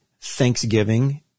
Thanksgiving